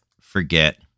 forget